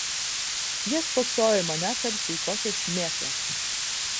jie spoksojo į mane tarsi į kokią šmėklą